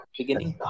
beginning